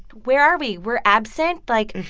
where are we? we're absent? like,